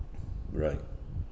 right